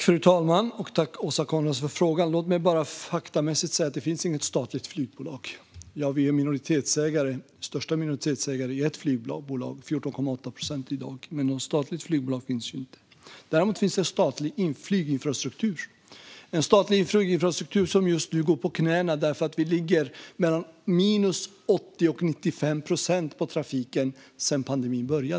Fru talman! Tack, Åsa Coenraads, för frågan! Låt mig först bara faktamässigt säga att det inte finns något statligt flygbolag. Ja, vi är största minoritetsägare i ett flygbolag med i dag 14,8 procent, men något statligt flygbolag finns inte. Däremot finns en statlig flyginfrastruktur, och den går just nu på knäna. Vi ligger sedan pandemin började på mellan minus 80 och minus 95 procent av trafiken.